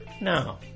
no